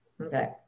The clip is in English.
Okay